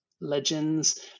legends